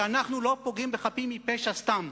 שאנחנו לא פוגעים בחפים מפשע סתם,